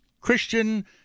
Christian